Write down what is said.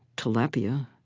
tilapia,